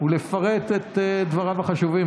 ולפרט את דבריו החשובים.